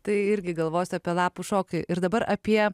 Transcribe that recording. tai irgi galvos apie lapų šokį ir dabar apie